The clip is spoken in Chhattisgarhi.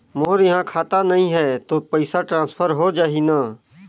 मोर इहां खाता नहीं है तो पइसा ट्रांसफर हो जाही न?